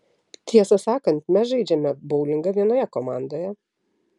tiesą sakant mes žaidžiame boulingą vienoje komandoje